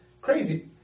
crazy